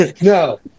no